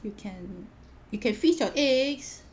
you can you can freeze your eggs